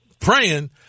praying